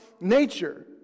nature